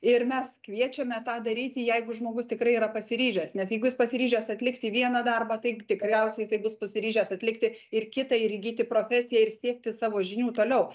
ir mes kviečiame tą daryti jeigu žmogus tikrai yra pasiryžęs nes jeigu jis pasiryžęs atlikti vieną darbą tai tikriausiai jisai bus pasiryžęs atlikti ir kitą ir įgyti profesiją ir siekti savo žinių toliau